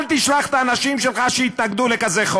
אל תשלח את האנשים שלך שיתנגדו לחוק כזה.